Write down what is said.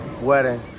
wedding